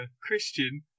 Christian